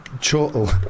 Chortle